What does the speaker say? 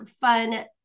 fun